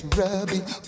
rubbing